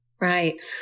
Right